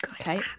okay